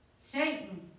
Satan